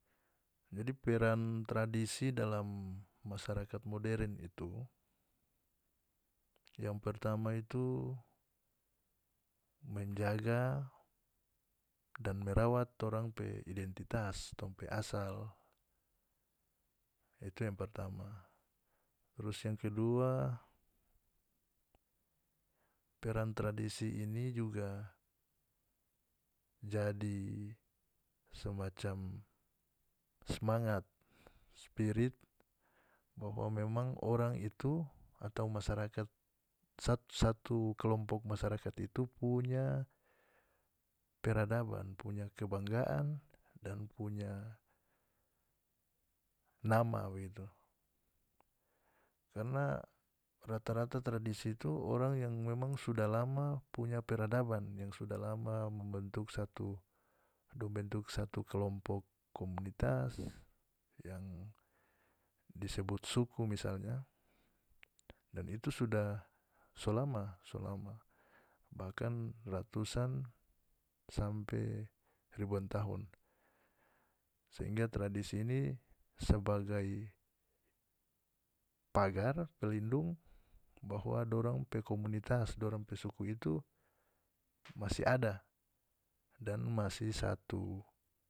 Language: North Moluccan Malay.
Jadi peran tradisi dalam masyarakat modern itu yang pertama itu menjaga dan merawat torang pe identitas tong pe asal itu yang pertama trus yang kedua peran tradisi ini juga jadi semacam semangat spirit bahwa memang orang itu atau masyarakat satu kelompok masyarakat itu punya peradaban punya kebanggaan dan punya nama bagitu karna rata-rata tradisi itu orang yang memang sudah lama punya peradaban yang sudah lama membentuk satu membentuk satu kelompok komunitas yang disebut suku misalnya dan itu sudah so lama so lama bahkan ratusan sampe ribuan tahun sehingga tradisi ini sebagai pagar pelindung bahwa dong pe komunitas dorang pe suku itu masih ada dan masih satu.